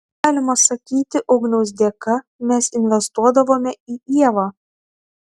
galima sakyti ugniaus dėka mes investuodavome į ievą